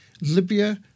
Libya